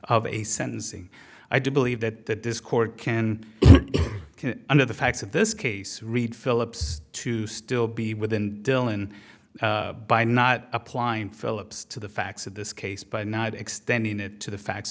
of a sentencing i do believe that this court can under the facts of this case read philips to still be within dylan by not applying philips to the facts of this case by not extending it to the facts